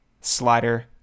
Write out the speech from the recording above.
slider